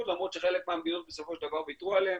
למרות שחלק מהמדינות בסופו של דבר ויתרו עליו,